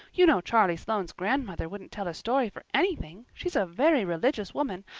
you know charlie sloane's grandmother wouldn't tell a story for anything. she's a very religious woman.